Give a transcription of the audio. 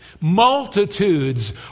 multitudes